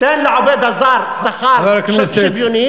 תן לעובד הזר שכר שוויוני,